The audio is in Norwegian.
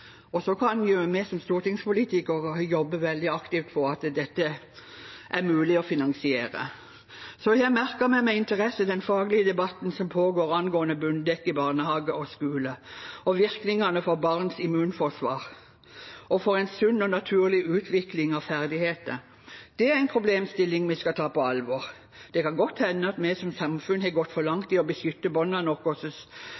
kan vi som stortingspolitikere jobbe veldig aktivt for at dette er mulig å finansiere. Så har jeg merket meg med interesse den faglige debatten som pågår angående bunndekke i barnehager og skole, og virkningene for barnets immunforsvar og for en sunn og naturlig utvikling av ferdigheter. Det er en problemstilling vi skal ta på alvor. Det kan godt hende at vi som samfunn har gått for